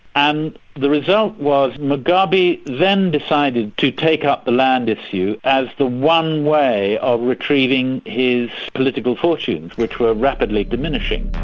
and the result was mugabe then decided to take up the land and issue as the one way of retrieving his political fortunes, which were rapidly diminishing.